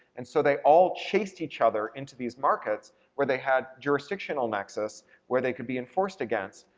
and so they all chased each other into these markets where they had jurisdictional nexus where they could be enforced against,